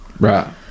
right